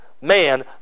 man